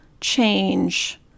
change